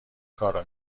کارو